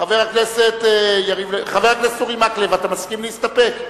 חבר הכנסת אורי מקלב, אתה מסכים להסתפק?